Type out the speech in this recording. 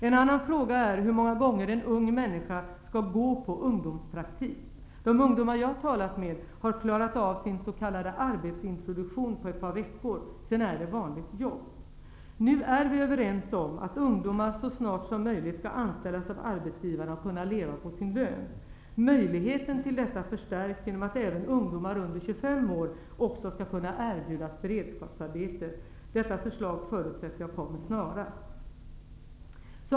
En annan fråga är hur många gånger en ung människa skall gå på ungdomspraktik. De ungdomar jag har talat med har klarat av sin s.k. arbetsintroduktion på ett par veckor, sedan är det vanligt jobb. Nu är vi överens om att ungdomar så snart som möjligt skall anställas av arbetsgivarna och kunna leva på sin lön. Möjligheterna till detta förstärks genom att även ungdomar under 25 år på nytt skall kunna erbjudas beredskapsarbete. Detta förslag förutsätter jag kommer snarast.